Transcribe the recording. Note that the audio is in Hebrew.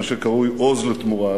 מה שקרוי "עוז לתמורה".